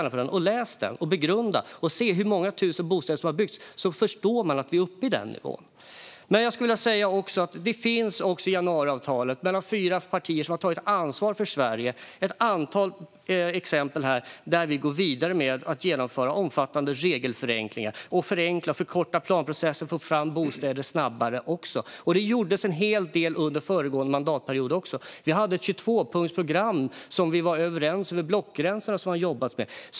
Läs den och begrunda! När man ser hur många tusen bostäder som har byggts förstår man att vi är uppe i denna nivå. Vi har också januariavtalet, där fyra partier tar ansvar för Sverige och går vidare med att genomföra omfattande regelförenklingar och förkorta planprocessen för att få fram bostäder snabbare. Det gjordes även en hel del under föregående mandatperiod. Vi hade ett 22-punktsprogram som vi var överens om över blockgränserna och som det har jobbats med.